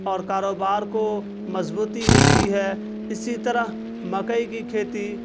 اور کاروبار کو مضبوطی ملتی ہے اسی طرح مکئی کی کھیتی